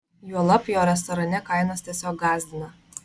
juolab jo restorane kainos tiesiog gąsdina